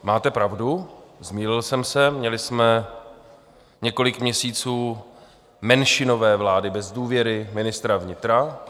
Máte pravdu, zmýlil jsem se, měli jsme několik měsíců menšinové vlády bez důvěry ministra vnitra.